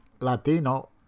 Latino